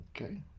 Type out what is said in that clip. Okay